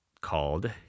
called